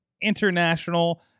international